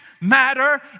matter